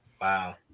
Wow